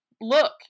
look